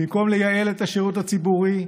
במקום לייעל את השירות הציבורי,